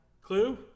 Clue